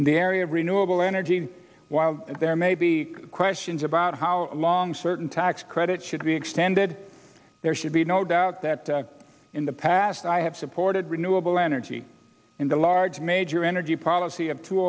in the area of renewable energy while there may be questions about how long certain tax credit should be extended there should be no doubt that in the past i have supported renewable energy in the large major energy policy of two